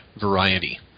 variety